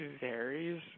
varies